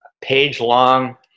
page-long